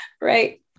right